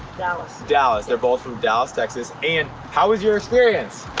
dallas. dallas, they're both from dallas, texas, and how was your experience?